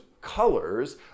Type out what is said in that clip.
colors